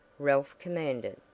ralph commanded.